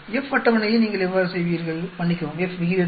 F அட்டவணையை நீங்கள் எவ்வாறு செய்வீர்கள் மன்னிக்கவும் F விகிதத்தை